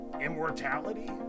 Immortality